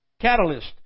catalyst